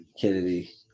kennedy